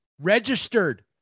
registered